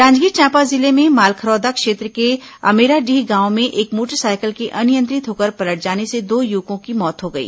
जांजगीर चांपा जिले में मालखरौदा क्षेत्र के अमेराडीह गांव में एक मोटरसाइकिल के अनियंत्रित होकर पलट जाने से दो युवकों की मौत हो गई